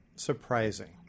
Surprising